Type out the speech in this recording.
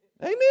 Amen